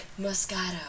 Moscato